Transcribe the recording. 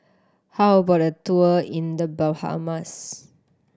how about a tour in The Bahamas